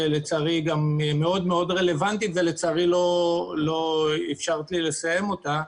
שלצערי היא גם מאוד-מאוד רלוונטית ולצערי לא אפשרת לי לסיים אותה.